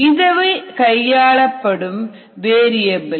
இதுவே கையாளப்படும் வேறிஏபில்